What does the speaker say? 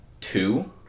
Two